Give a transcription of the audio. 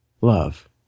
love